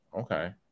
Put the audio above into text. Okay